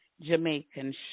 Jamaican